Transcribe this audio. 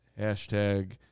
Hashtag